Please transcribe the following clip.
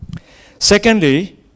Secondly